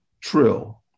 Trill